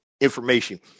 information